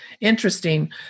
Interesting